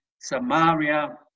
Samaria